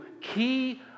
key